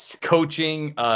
coaching